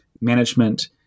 management